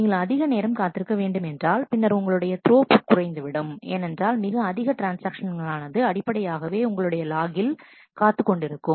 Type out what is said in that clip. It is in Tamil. நீங்கள் அதிக நேரம் காத்திருக்க வேண்டும் என்றால் பின்னர் உங்களுடைய த்ரோபுட் குறைந்துவிடும் ஏனென்றால் மிக அதிக ட்ரான்ஸ்ஆக்ஷன்கள் ஆனது அடிப்படையாகவே உங்களுடைய லாகில் காத்துக் கொண்டிருக்கும்